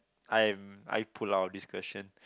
I'm I pull out of this question